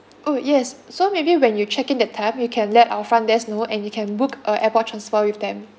oh yes so maybe when you check in that time you can let our front desk know and you can book a airport transfer with them